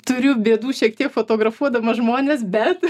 turiu bėdų šiek tiek fotografuodamas žmones bet